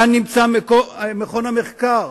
כי כאן נמצא מכון המחקר,